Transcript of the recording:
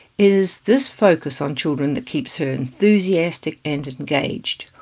is this focus on children that keeps her enthusiastic and engaged,